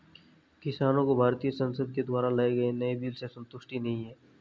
किसानों को भारतीय संसद के द्वारा लाए गए नए बिल से संतुष्टि नहीं है